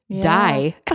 die